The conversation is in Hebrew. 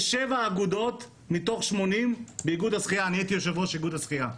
יש 7 אגודות מתוך 80 באיגוד השחייה אני הייתי יושב-ראש איגוד השחייה,